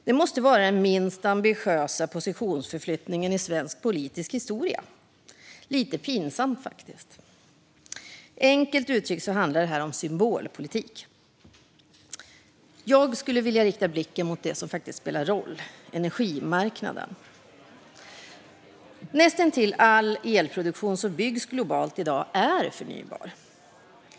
Det måste vara den minst ambitiösa positionsförflyttningen i svensk politisk historia - lite pinsamt faktiskt. Enkelt uttryckt handlar detta om symbolpolitik. Jag skulle vilja rikta blicken mot det som faktiskt spelar roll: energimarknaden. Näst intill all elproduktion som byggs globalt är i dag förnybar.